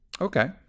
Okay